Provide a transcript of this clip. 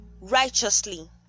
righteously